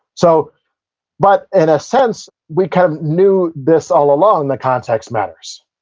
so but, in a sense, we kind of knew this all along, that context matters.